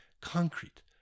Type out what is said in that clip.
concrete